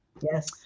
Yes